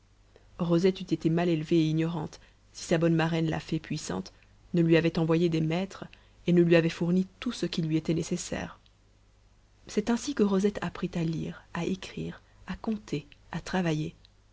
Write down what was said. rosette eût été mal élevée et ignorante si sa bonne marraine la fée puissante ne lui avait envoyé des maîtres et ne lui avait fourni tout ce qui lui était nécessaire c'est ainsi que rosette apprit à lire à écrire à compter à travailler